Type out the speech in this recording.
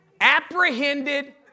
apprehended